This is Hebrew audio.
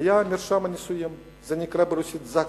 היה מרשם נישואים, זה נקרא ברוסית "זגס".